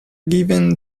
given